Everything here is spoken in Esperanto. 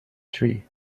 tri